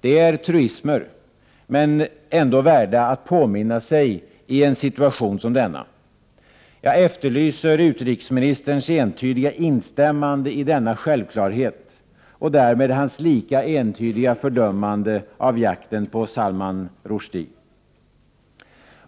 Det är truismer, men ändå värda att påminna sig i en situation som denna. Jag efterlyser utrikesministerns entydiga instämmande i denna självklarhet och därmed hans lika entydiga fördömande av jakten på Salman Rushdie.